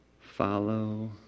Follow